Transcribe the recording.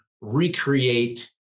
recreate